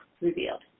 revealed